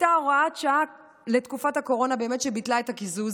הייתה הוראת שעה לתקופת הקורונה שביטלה את הקיזוז,